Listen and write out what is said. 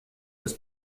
des